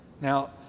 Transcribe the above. Now